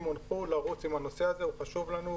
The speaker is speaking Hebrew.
הונחו לרוץ עם הנושא הזה שהוא חשוב לנו,